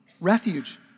Refuge